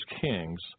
kings